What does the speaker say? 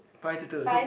five two two so